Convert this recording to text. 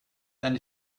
eine